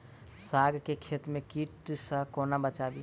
साग केँ खेत केँ कीट सऽ कोना बचाबी?